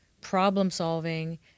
problem-solving